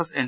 S N